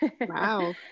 Wow